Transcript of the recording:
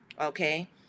Okay